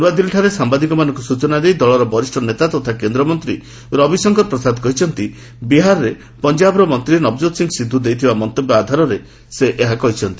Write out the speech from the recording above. ନୃଆଦିଲ୍ଲୀରେ ସାମ୍ବାଦିକମାନଙ୍କୁ ସ୍ବଚନା ଦେଇ ଦଳର ବରିଷ୍ଠ ନେତା ତଥା କେନ୍ଦ୍ରମନ୍ତୀ ରବିଶଙ୍କର ପ୍ରସାଦ କହିଛନ୍ତି ବିହାରରେ ପଞ୍ଜାବର ମନ୍ତ୍ରୀ ନବଜୋତ୍ ସିଂ ସିଧୁ ଦେଇଥିବା ମନ୍ତବ୍ୟ ଆଧାରରେ ଶ୍ରୀ ପ୍ରସାଦ ଏହା କହିଛନ୍ତି